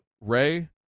Ray